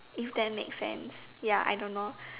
if that makes sense ya I don't know